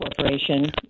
Corporation